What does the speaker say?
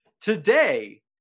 Today